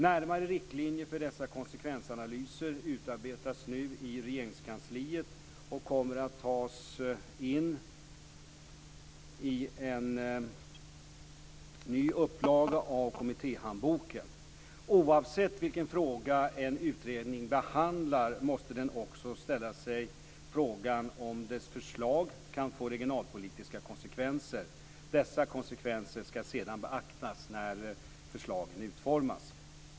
Närmare riktlinjer för dessa konsekvensanalyser utarbetas nu i Regeringskansliet och kommer att tas in i en ny upplaga av Kommittéhandboken. Oavsett vilken fråga en utredning behandlar, måste den också ställa sig frågan om dess förslag kan få regionalpolitiska konsekvenser. Dessa konsekvenser ska sedan beaktas när förslagen utformas.